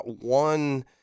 one